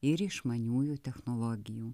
ir išmaniųjų technologijų